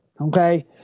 Okay